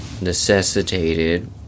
necessitated